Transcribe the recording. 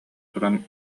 туран